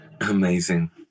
amazing